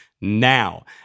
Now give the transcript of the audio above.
now